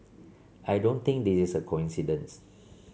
I don't think this is a coincidence